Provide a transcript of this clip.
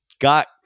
got